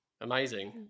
amazing